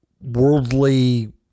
worldly